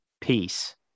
peace